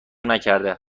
نکرده